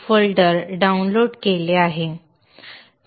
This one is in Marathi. zip folder डाउनलोड केले आहे